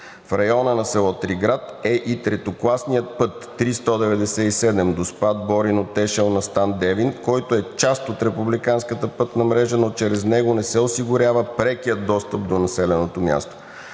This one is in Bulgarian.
В района на село Триград е и третокласният път III–197/Доспат – Борино – Тешел – Настан – Девин, който е част от републиканската пътна мрежа, но чрез него не се осигурява прекият достъп до населеното място.